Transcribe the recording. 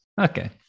okay